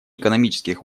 экономических